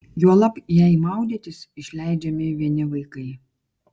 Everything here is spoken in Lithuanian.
juolab jei maudytis išleidžiami vieni vaikai